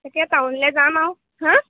তাকে টাউনলৈ যাম আৰু হা